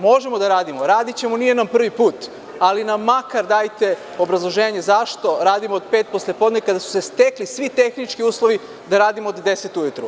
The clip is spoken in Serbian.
Možemo da radimo, radićemo, nije nam prvi put, ali nam makar dajte obrazloženje zašto radimo od pet posle podne, kada su se stekli svi tehnički uslovi da radimo od 10,00 ujutru.